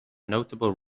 notable